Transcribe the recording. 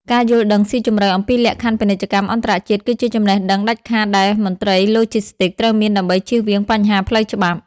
ការយល់ដឹងស៊ីជម្រៅអំពីលក្ខខណ្ឌពាណិជ្ជកម្មអន្តរជាតិ គឺជាចំណេះដឹងដាច់ខាតដែលមន្ត្រីឡូជីស្ទីកត្រូវមានដើម្បីជៀសវាងបញ្ហាផ្លូវច្បាប់។